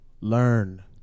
learn